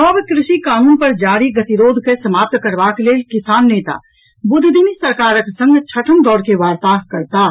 नव कृषि कानून पर जारी गतिरोध के समाप्त करबाक लेल किसान नेता बुध दिन सरकारक संग छठम दौर के वार्ता करताह